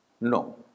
No